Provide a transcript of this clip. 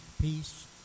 peace